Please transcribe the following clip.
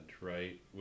right